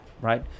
right